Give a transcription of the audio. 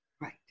Right